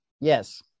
Yes